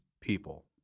people